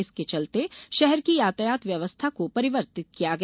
इसके चलते शहर की यातायात व्यवस्था को परिवर्तित किया गया